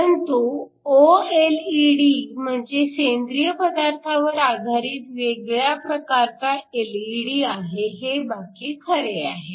परंतु ओएलईडी म्हणजे सेंद्रिय पदार्थावर आधारित वेगळ्या प्रकारचा एलईडी आहे हे बाकी खरे आहे